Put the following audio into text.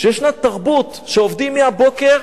שישנה תרבות שעובדים מהבוקר